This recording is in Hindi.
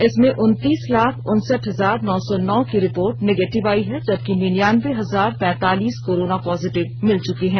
इसमें उनतीस लाख उनसठ हजार नौ सौ नौ की रिपोर्ट निगेटिव आई है जबकि निन्यान्बे हजार पैंतालीस कोरोना पॉजिटिव मिल चुके हैं